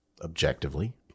Objectively